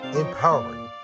empowering